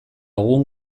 egun